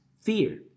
fear